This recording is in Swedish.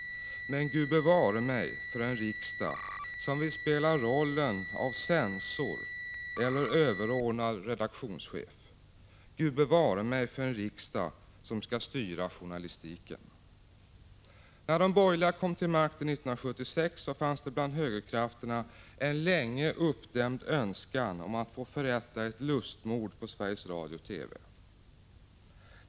Men Gud bevare mig för en riksdag som vill spela rollen av censor eller överordnad redaktionschef. Gud bevare mig för en riksdag som skall styra journalistiken! När de borgerliga kom till makten 1976 fanns det bland högerkrafterna en sedan länge uppdämd önskan om att få förrätta ett lustmord på Sveriges Radio/TV.